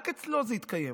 רק אצלו זה התקיים.